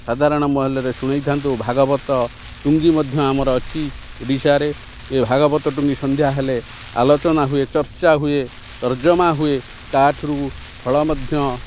ସାଧାରଣ ମହଲରେ ଶୁଣେଇଥାନ୍ତୁ ଭାଗବତ ଟୁଙ୍ଗି ମଧ୍ୟ ଆମର ଅଛି ଓଡ଼ିଶାରେ ଏ ଭାଗବତ ଟୁଙ୍ଗି ସନ୍ଧ୍ୟା ହେଲେ ଆଲୋଚନା ହୁଏ ଚର୍ଚ୍ଚା ହୁଏ ତର୍ଜମା ହୁଏ ତାଠାରୁ ଫଳ ମଧ୍ୟ